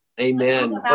Amen